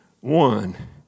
One